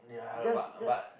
just that